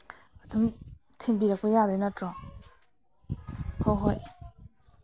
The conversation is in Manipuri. ꯑꯗꯨꯝ ꯊꯤꯟꯕꯤꯔꯛꯄ ꯌꯥꯗꯣꯏ ꯅꯠꯇ꯭ꯔꯣ ꯍꯣꯏ ꯍꯣꯏ